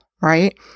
right